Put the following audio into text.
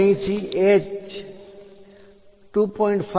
5 millimetre છે અને d 0